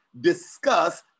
discuss